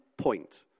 point